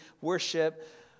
worship